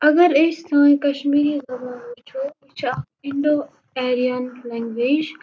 اگر أسۍ سٲنۍ کَشمیری زبان وٕچھو یہِ چھِ اَکھ اِنڈو آریَن لَنگویج